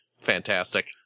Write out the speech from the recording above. fantastic